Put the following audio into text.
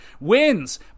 wins